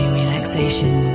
relaxation